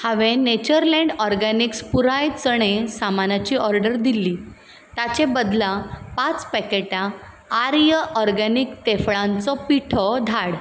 हांवें nature land organics पुराय चणे सामानाची ऑर्डर दिल्ली ताचे बदला पांच पॅकेटां आर्य ऑरगॅनीक तेफळांचो पिठो धाड